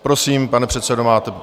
Prosím, pane předsedo, máte...